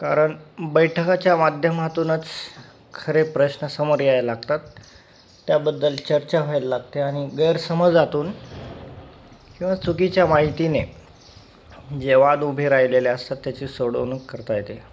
कारण बैठकाच्या माध्यमातूनच खरे प्रश्न समोर यायला लागतात त्याबद्दल चर्चा व्हायला लागते आणि गैरसमजातून किंवा चुकीच्या माहितीने जे वाद उभे राहिलेले असतात त्याची सोडवणूक करता येते